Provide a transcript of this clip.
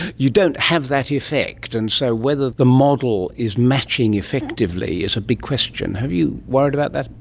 you don't have that effect, and so whether the model is matching effectively is a big question. have you worried about that?